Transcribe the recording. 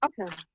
okay